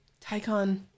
Tycon